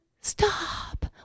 Stop